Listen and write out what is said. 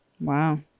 wow